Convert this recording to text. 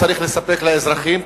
צריכים לספק לאזרחים,